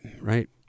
right